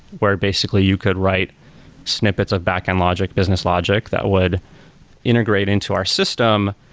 where basically you could write snippets of backend logic, business logic that would integrate into our system.